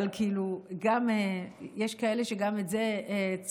אבל יש כאלה שגם את זה צריכים.